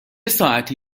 ساعتی